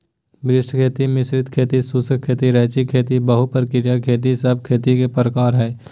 वशिष्ट खेती, मिश्रित खेती, शुष्क खेती, रैचिंग खेती, बहु प्रकारिय खेती सब खेती के प्रकार हय